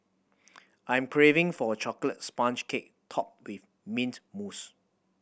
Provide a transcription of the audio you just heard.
I'm craving for a chocolate sponge cake topped with mint mousse